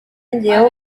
yongeyeho